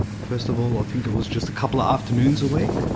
first of all i think it was just a couple of afternoons a week.